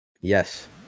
Yes